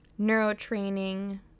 neurotraining